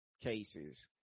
cases